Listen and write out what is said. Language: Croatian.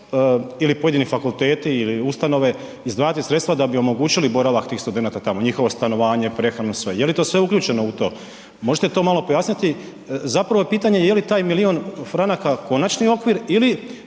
ili pojedini fakulteti ili ustanove izdvajati sredstva da bi omogućili boravak tih studenata tamo, njihovo stanovanje, prehranu, sve, je li sve uključeno u to? Možete to malo pojasniti, zapravo je pitanje je li taj milion franaka konačni okvir ili